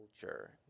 culture